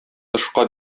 тышка